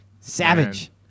savage